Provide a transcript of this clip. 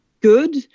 good